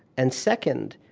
and second,